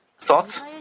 thoughts